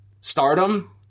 Stardom